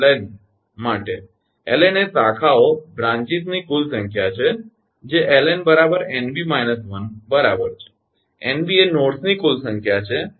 𝐿𝑁 એ શાખાઓની કુલ સંખ્યા છે જે 𝐿𝑁 𝑁𝐵 − 1 બરાબર છે 𝑁𝐵 એ નોડ્સ ની કુલ સંખ્યા છે